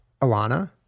Alana